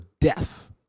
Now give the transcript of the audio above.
death